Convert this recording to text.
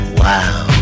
wow